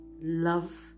love